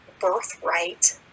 birthright